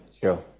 Sure